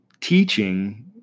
teaching